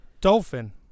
Dolphin